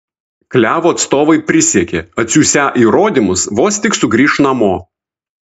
klevo atstovai prisiekė atsiųsią įrodymus vos tik sugrįš namo